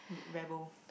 re~ rebel